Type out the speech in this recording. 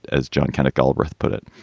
as john kenneth galbraith put it.